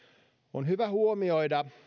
on hyvä huomioida